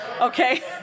Okay